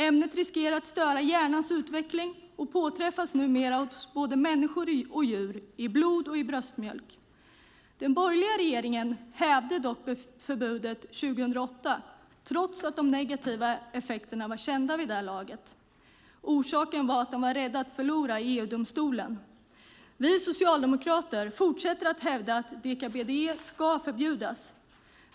Ämnet riskerar att störa hjärnans utveckling och påträffas numera både hos människor och djur i blod och bröstmjölk. Den borgerliga regeringen hävde dock förbudet 2008, trots att de negativa effekterna vid det laget var kända. Orsaken var att de var rädda att förlora i EU-domstolen. Vi socialdemokrater fortsätter att hävda att deka-BDE ska förbjudas.